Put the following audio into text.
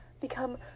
become